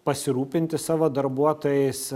pasirūpinti savo darbuotojais